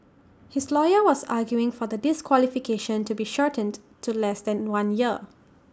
his lawyer was arguing for the disqualification to be shortened to less than one year